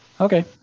okay